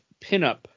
pinup